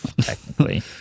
Technically